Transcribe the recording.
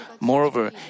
Moreover